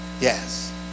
Yes